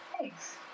Thanks